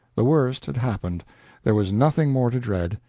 the worst had happened there was nothing more to dread.